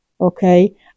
okay